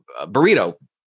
burrito